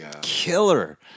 killer